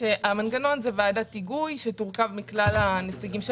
המנגנון זה ועדת היגוי שתורכב מכלל הנציגים של